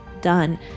done